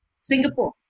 Singapore